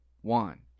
one